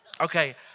okay